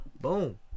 Boom